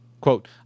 Quote